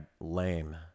lame